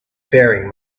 faring